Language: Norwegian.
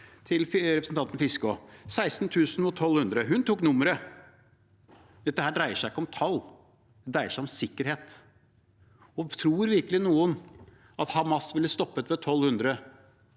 til representanten Fiskaa: 16 000 og 1 200 – hun tok nummeret. Dette dreier seg ikke om tall, det dreier seg om sikkerhet. Tror virkelig noen at Hamas ville stoppet ved 1 200